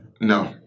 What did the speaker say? No